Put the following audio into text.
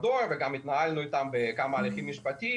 הדואר וגם התנהלנו אתם בכמה הליכים משפטיים